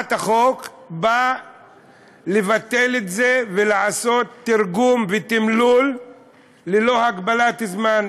הצעת החוק באה לבטל את זה ולעשות תרגום ותמלול ללא הגבלת זמן,